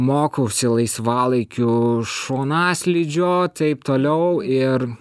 mokausi laisvalaikiu šonaslydžio taip toliau ir